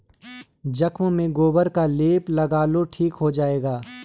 जख्म में गोबर का लेप लगा लो ठीक हो जाएगा